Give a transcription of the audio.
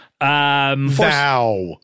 Thou